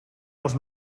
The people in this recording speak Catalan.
els